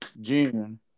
June